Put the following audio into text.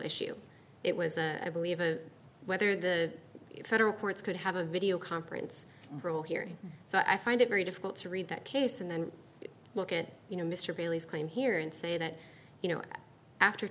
issue it was a believe of whether the federal courts could have a video conference here so i find it very difficult to read that case and then look at you know mr bailey's claim here and say that you know after